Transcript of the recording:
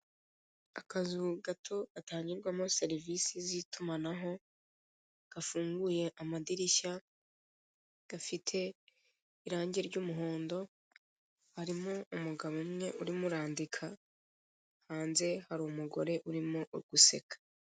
Akazu gato gatangirwamo serivise z'itumanaho gafunguye amadirishya, gafite irange ry'umuhondo, harimo umugabo umwe urimo urandika, hanze hari umugore urimo uriguseka.